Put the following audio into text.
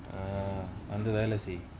err அந்த வேல செய்:antha vela sei